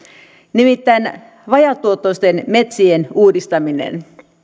nimittäin vajaatuottoisten metsien uudistaminen